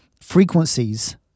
frequencies